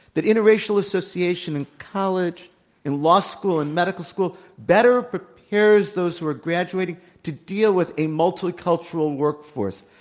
that interracial association in college and law school and medical school better prepares those who are graduating to deal with a multicultural workforce.